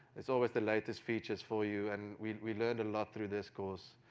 it's always the latest features for you, and we learned a lot through this course,